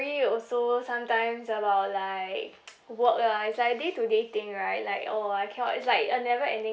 also sometimes about like work lah it's like day to day thing right like oh I cannot is like a never ending